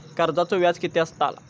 कर्जाचो व्याज कीती असताला?